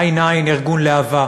ע"ע ארגון להב"ה,